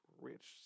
rich